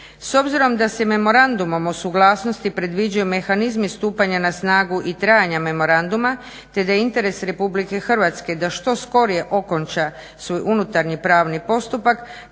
S obzirom da se memorandumom o suglasnosti predviđaju mehanizmi stupanja na snagu i trajanja memoranduma te da je interes RH da što skorije okonča svoj unutarnji pravni postupak